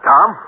Tom